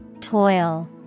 Toil